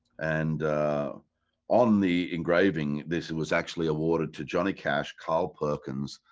and on the engraving this was actually awarded to johnny cash, carl perkins,